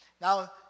Now